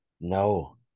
No